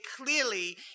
clearly